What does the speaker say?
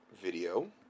video